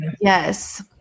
yes